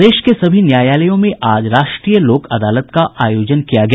प्रदेश के सभी न्यायालयों में आज राष्ट्रीय लोक अदालत का आयोजन किया गया